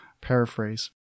paraphrase